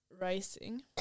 Rising